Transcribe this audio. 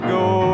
go